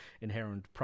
inherent